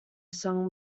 sung